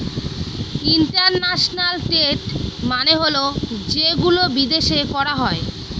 international trade মানে হল যেগুলো বিদেশে করা হয়